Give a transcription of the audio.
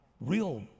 real